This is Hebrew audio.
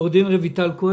עו"ד רויטל לן